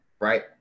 right